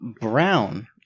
brown